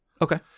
Okay